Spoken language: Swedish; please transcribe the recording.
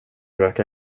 röka